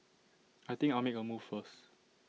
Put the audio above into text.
I think I'll make A move first